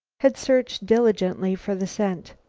had searched diligently for the scent.